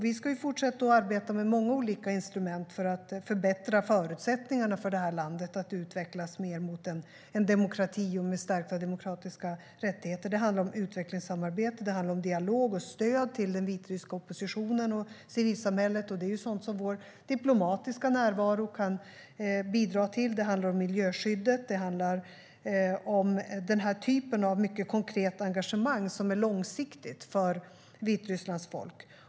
Vi ska fortsätta att arbeta med många olika instrument för att förbättra förutsättningarna för landet att utvecklas mer mot en demokrati och med stärkta demokratiska rättigheter. Det handlar om utvecklingssamarbete. Det handlar om dialog och stöd till den vitryska oppositionen och civilsamhället, och det är sådant som vår diplomatiska närvaro kan bidra till. Det handlar om miljöskyddet. Det handlar om den här typen av engagemang som är långsiktigt för Vitrysslands folk.